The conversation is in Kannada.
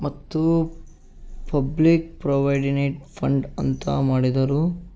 ಮತ್ತು ಪಬ್ಲಿಕ್ ಪ್ರೊವೈಡಿನೇಟ್ ಫಂಡ್ ಅಂತ ಮಾಡಿದರು